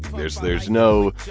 there's there's no